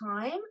time